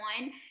one